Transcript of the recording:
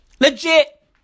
Legit